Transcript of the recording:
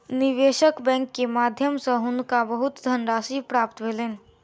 निवेशक बैंक के माध्यम सॅ हुनका बहुत धनराशि प्राप्त भेलैन